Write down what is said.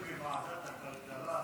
היה דיון בוועדת הכלכלה,